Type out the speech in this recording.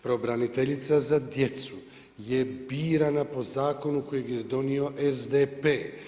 Pravobraniteljica za djecu je birana po zakonu kojeg je donio SDP.